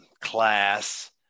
class